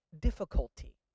difficulty